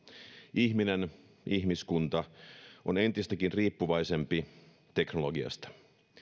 ihminen ihmiskunta on entistäkin riippuvaisempi teknologiasta